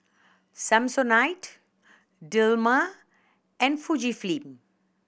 Samsonite Dilmah and Fujifilm